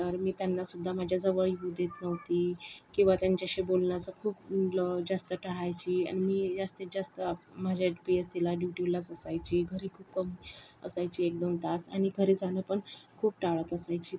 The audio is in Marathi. तर मी त्यांना सुद्धा माझ्याजवळ येऊ देत नव्हती किंवा त्यांच्याशी बोलण्याचा खूप जास्त टाळायची आणि मी जास्तीत जास्त माझ्या पी एच सीला ड्यूटीलाच असायची घरी खूप कमी असायची एक दोन तास आणि घरी जाणं पण खूप टाळत असायची